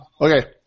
okay